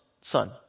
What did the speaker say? son